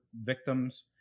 victims